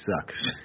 sucks